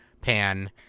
Pan